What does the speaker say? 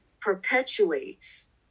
perpetuates